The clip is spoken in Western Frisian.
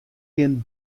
gjin